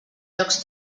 jocs